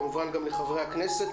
כמובן שגם לחברי הכנסת.